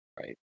Right